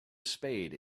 spade